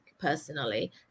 personally